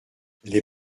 les